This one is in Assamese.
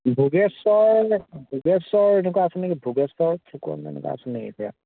ভোগেশ্ৱৰ ভোগেশ্ৱৰ এনেকুৱা আছিল নি ভোগেশ্ৱৰ ফুকন এনেকুৱা আছিল নেকি